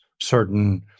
certain